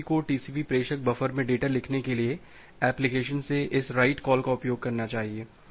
TCP को TCP प्रेषक buffer में डेटा लिखने के लिए एप्लिकेशन से इस राईट कॉल का उपयोग करना चाहिए